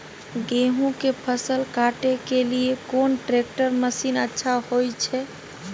गेहूं के फसल काटे के लिए कोन ट्रैक्टर मसीन अच्छा होय छै?